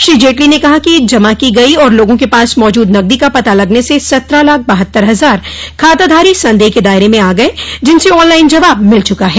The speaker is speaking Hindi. श्री जेटली ने कहा कि जमा की गयी और लोगों के पास मौजूद नगदी का पता लगने से सत्रह लाख बहत्तर हजार खाताधारी संदेह के दायरे में आ गये जिनसे ऑनलाइन जवाब मिल चुका है